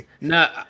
No